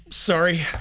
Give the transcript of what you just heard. Sorry